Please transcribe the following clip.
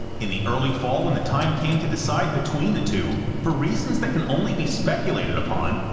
in the early fall, when the time came to decide between the two, for reasons that can only be speculated upon,